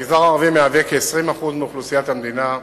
המגזר הערבי מהווה כ-20% מאוכלוסיית המדינה.